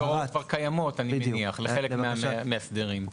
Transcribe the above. אני מניח שלגבי חלק מהמאסדרים יש כבר הוראות קיימות.